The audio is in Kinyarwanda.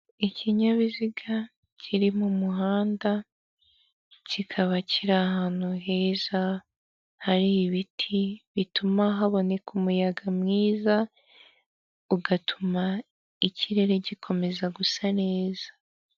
Ikinyabiziga kiri mu muhanda kikaba kiri ahantu heza, hari ibiti bituma haboneka umuyaga mwiza ugatuma ikirere gikomeza gu gusa neza.